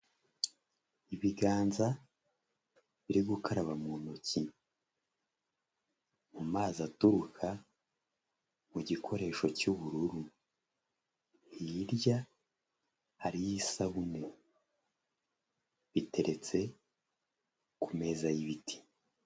Ibiganza biri gukaraba mu ntoki mu mazi aturuka mu gikoresho cyubururu hirya hari yo isabune iteretse ku meza y'ibiti.